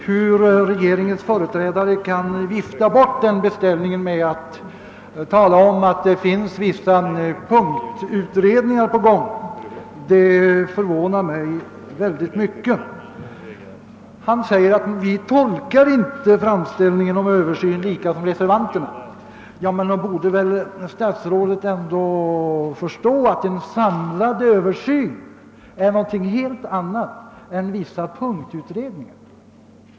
Att regeringens företrädare kan vifta bort denna beställning med hänvisning till att vissa punktutredningar pågår, förvånar mig. Statsrådet Moberg säger att han inte tolkar framställningen om en Översyn på samma sätt som reservanterna. Ja, men statsrådet borde ändå förstå att en samlad översyn är något helt annat än vissa punktutredningar.